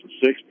six